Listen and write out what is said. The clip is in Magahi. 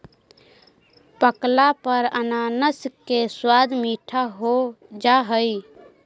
पकला पर अनानास के स्वाद मीठा हो जा हई